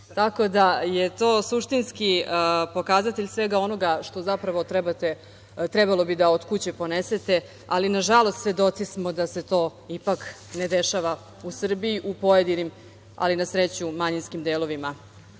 da, je to suštinski pokazatelj svega onoga što zapravo trebalo bi da od kuće ponesete, ali nažalost svedoci smo da se to ipak ne dešava u Srbiji, u pojedinim, ali na sreću, u manjinskim delovima